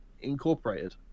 Incorporated